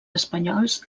espanyols